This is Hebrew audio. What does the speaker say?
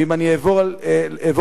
ואם אני אעבור לפריפריה",